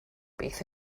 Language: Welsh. beth